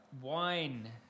Wine